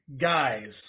guys